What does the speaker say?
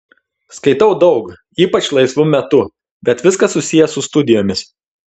skaitau daug ypač laisvu metu bet viskas susiję su studijomis